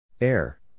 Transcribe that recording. Air